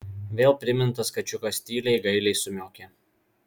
vėl primintas kačiukas tyliai gailiai sumiaukė